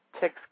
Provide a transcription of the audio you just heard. ticks